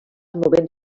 movent